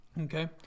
Okay